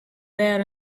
there